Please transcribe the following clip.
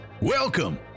welcome